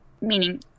meaning